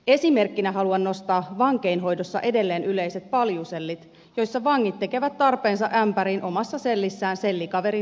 esimerkkinä haluan nostaa vankeinhoidossa edelleen yleiset paljusellit joissa vangit tekevät tarpeensa ämpäriin omassa sellissään sellikaverin silmien alla